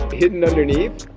hidden underneath